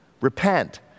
Repent